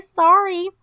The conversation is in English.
sorry